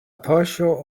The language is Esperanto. poŝo